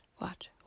watch